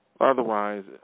Otherwise